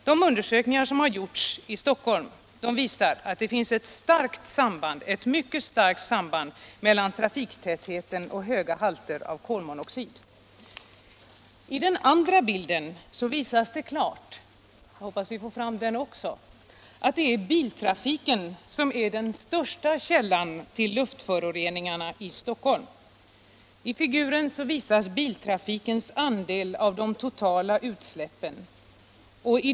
De undersökningar som har gjorts i Stockholm visar att det finns ett mycket starkt samband mellan trafiktäthet och höga halter av kolmonoxid. Den andra bilden visar klart att biltrafiken är den största källan till luftföroreningar i Stockholm. I ett stapeldiagram redovisas biltrafikens andel av de totala utsläppen.